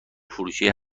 فروشیه